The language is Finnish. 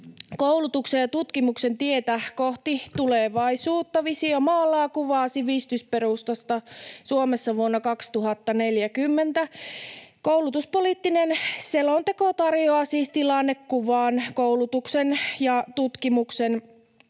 koulutuksen ja tutkimuksen tietä kohti tulevaisuutta. Visio maalaa kuvaa sivistysperustasta Suomessa vuonna 2040. Koulutuspoliittinen selonteko tarjoaa siis tilannekuvan koulutuksen ja tutkimuksen